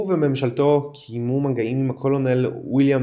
הוא וממשלתו קיימו מגעים עם הקולונל ויליאם